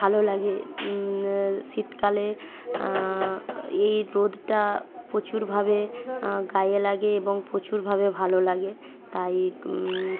ভালো লাগে শীতকালে এই রোদটা প্রচুরভাবে গায়ে লাগে এবং প্রচুরভাবে ভালো লাগে তাই